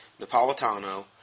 Napolitano